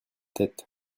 tête